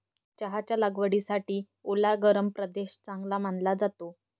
चहाच्या लागवडीसाठी ओला गरम प्रदेश चांगला मानला जातो